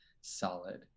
solid